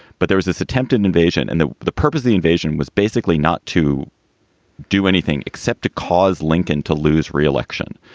but there was this attempted invasion. and the the purpose of the invasion was basically not to do anything except to cause lincoln to lose re-election,